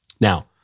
Now